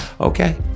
okay